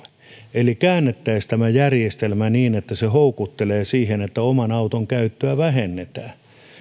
eli käännettäisiin tämä järjestelmä niin että se houkuttelee siihen että oman auton käyttöä vähennetään